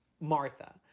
Martha